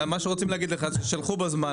רוצים להגיד לך ששלחו בזמן,